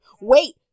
wait